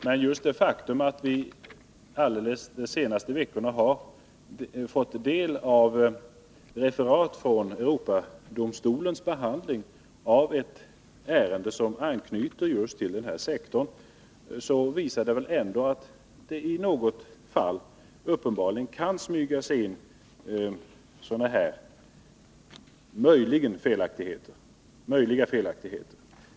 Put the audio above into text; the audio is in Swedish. Men just det faktum att vi under de allra senaste veckorna har fått ta del av referat från Europadomstolens behandling av ett ärende som anknyter till just denna sektor visar väl att det i något fall uppenbarligen ändå kan smyga sig in felaktigheter.